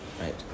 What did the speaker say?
right